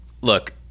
Look